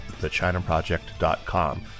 thechinaproject.com